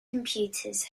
computers